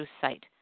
site